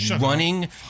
running